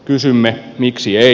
kysymme miksi ei